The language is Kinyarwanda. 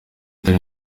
utari